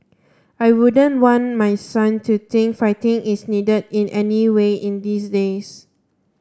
I wouldn't want my son to think fighting is needed in any way in these days